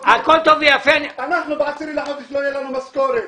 לנו ב-10 בחודש לא תהיה משכורת.